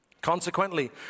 Consequently